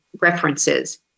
references